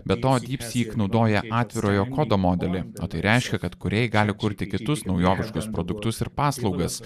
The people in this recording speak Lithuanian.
be to dypsyk naudoja atvirojo kodo modelį o tai reiškia kad kūrėjai gali kurti kitus naujoviškus produktus ir paslaugas